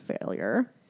failure